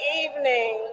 evening